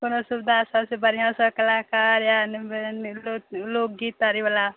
कोनो सुविधासभ छै बढ़िऑं सभ कलाकार आयल लोकगीत करयवला